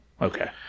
Okay